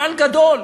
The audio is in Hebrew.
מפעל גדול.